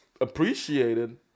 appreciated